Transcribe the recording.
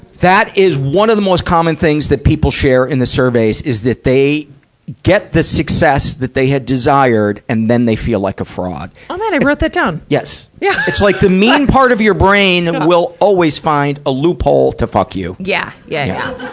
that is one of the most common things that people share in the surveys, is that they get the success that they had desired, and then they feel like a fraud. oh my god, i wrote that down. yes. yeah. it's like the mean part of your brain will always find a loophole to fuck you. yeah. yeah, yeah,